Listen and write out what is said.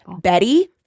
Betty